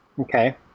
Okay